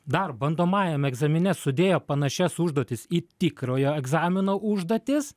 dar bandomajam egzamine sudėjo panašias užduotis į tikrojo egzamino užduotis